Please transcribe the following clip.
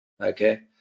okay